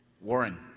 Warren